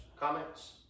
Comments